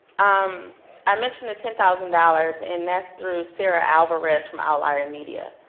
um i mentioned the ten thousand dollars, and that's through sarah alvarez from outlier media.